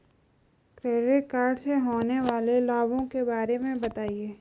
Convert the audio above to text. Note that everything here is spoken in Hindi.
क्रेडिट कार्ड से होने वाले लाभों के बारे में बताएं?